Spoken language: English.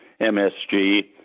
MSG